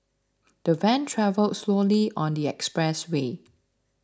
the van travelled slowly on the expressway